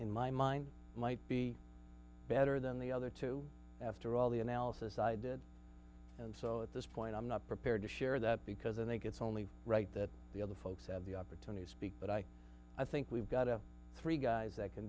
in my mind might be better than the other two after all the analysis i did and so at this point i'm not prepared to share that because i think it's only right that the other folks have the opportunity to speak but i i think we've got a three guys that can